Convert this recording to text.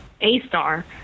A-star